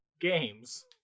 Games